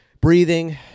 breathing